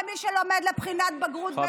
למי שלומד לבחינת בגרות באזרחות,